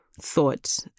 thought